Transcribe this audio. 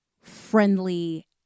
friendly